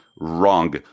Wrong